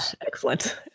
Excellent